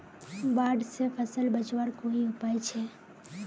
बाढ़ से फसल बचवार कोई उपाय छे?